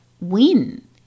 win